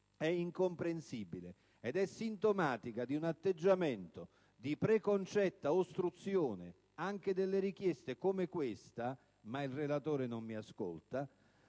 è incomprensibile ed è sintomatica di un atteggiamento di preconcetta ostruzione anche alle richieste - come questa - più facilmente